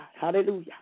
Hallelujah